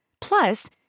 Plus